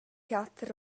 teater